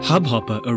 Hubhopper